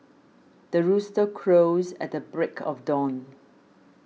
the rooster crows at the break of dawn